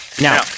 Now